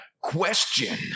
question